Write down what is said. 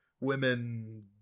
Women